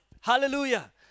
Hallelujah